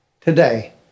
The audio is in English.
today